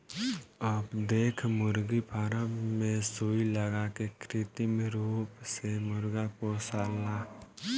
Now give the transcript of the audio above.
अब देख मुर्गी फार्म मे सुई लगा के कृत्रिम रूप से मुर्गा पोसाला